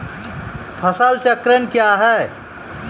फसल चक्रण कया हैं?